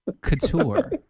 Couture